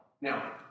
Now